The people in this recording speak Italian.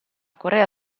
corea